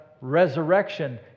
resurrection